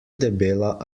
debela